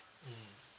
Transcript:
mmhmm